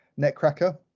Netcracker